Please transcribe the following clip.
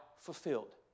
Fulfilled